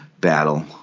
battle